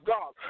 God